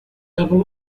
level